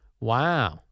Wow